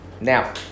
Now